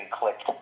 clicked